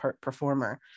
performer